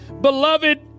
Beloved